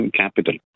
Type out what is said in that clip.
capital